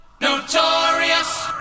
Notorious